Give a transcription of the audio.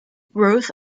growth